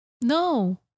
No